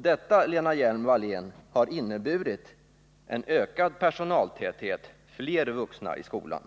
Detta, Lena Hjelm-Wallén, har inneburit ökad personaltäthet, fler vuxna i skolan.